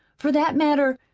for that matter,